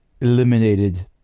eliminated